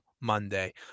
Monday